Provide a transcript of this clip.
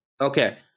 Okay